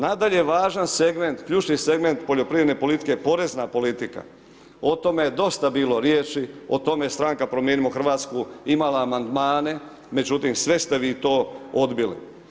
Nadalje, važan segment, ključni segment poljoprivredne politike je porezna politika, o tome je dosta bilo riječi, o tome je Stranka Promijenimo Hrvatsku imala amandmane, međutim sve ste vi to odbili.